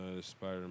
Spider